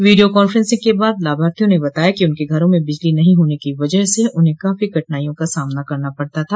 video conferencing के बाद लाभार्थियों ने बताया कि उनके घरों में बिजली नहीं होने की वजह से उन्हें काफी कठिनाई का सामना करना पड़ता था